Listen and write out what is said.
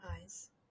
eyes